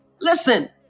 Listen